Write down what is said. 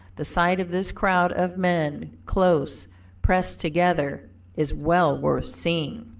the sight of this crowd of men close pressed together is well worth seeing.